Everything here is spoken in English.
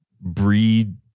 breed